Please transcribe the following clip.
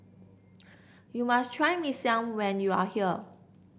you must try Mee Siam when you are here